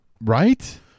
Right